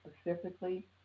specifically